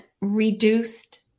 reduced